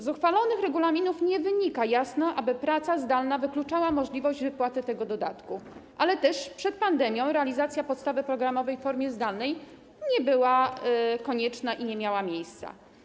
Z uchwalonych regulaminów nie wynika jasno, że praca zdalna wyklucza możliwość wypłaty tego dodatku, ale też przed pandemią realizacja podstawy programowej w formie zdalnej nie była konieczna i nie miała miejsca.